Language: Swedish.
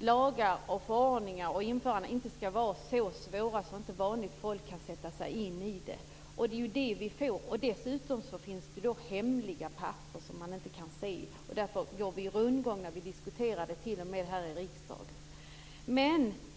lagar och förordningar, och införande av dessa, inte skall vara så svåra att vanligt folk inte kan sätta sig in i dem. Det är det vi får. Dessutom finns det hemliga papper som man inte får se. Därför blir det rundgång när vi diskuterar det här t.o.m. här i riksdagen.